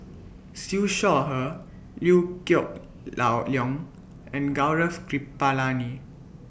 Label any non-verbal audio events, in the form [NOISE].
Siew Shaw Her Liew Geok [UNINTELLIGIBLE] Leong and Gaurav Kripalani